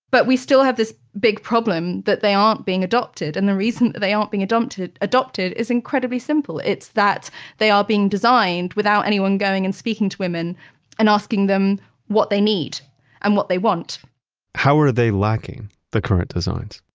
but we still have this big problem that they aren't being adopted and the reason they aren't being adopted adopted is incredibly simple. it's that they are being designed without anyone going and speaking to women and asking them what they need and what they want how are they lacking the current designs?